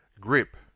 Grip